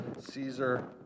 Caesar